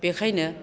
बेखायनो